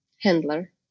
handler